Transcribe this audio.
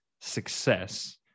success